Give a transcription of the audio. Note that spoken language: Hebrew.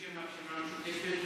בשם הרשימה המשותפת,